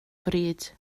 bryd